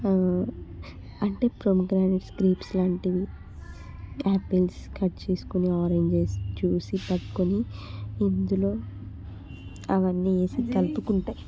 అంటే pomegranate grapes లాంటివి apples cut చేసుకొని ఆరంజ్స్ జ్యూస్ పట్టుకొని ఇందులో అవన్నీ వేసి కలుపుకుంటే